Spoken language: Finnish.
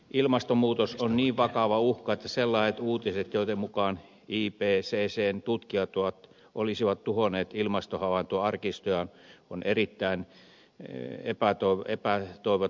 ilmastonmuutos on niin vakava uhka että sellaiset uutiset joiden mukaan ipccn tutkijat olisivat tuhonneet ilmastohavaintoarkistojaan ovat erittäin epätoivottavia